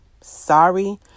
Sorry